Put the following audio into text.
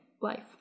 life